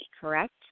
correct